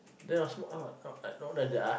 then I smoke ah